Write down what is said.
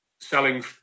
Selling